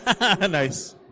Nice